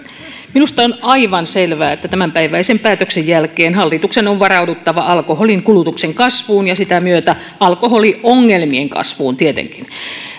minusta on aivan selvää että tämänpäiväisen päätöksen jälkeen hallituksen on varauduttava alkoholin kulutuksen kasvuun ja sitä myötä tietenkin alkoholiongelmien kasvuun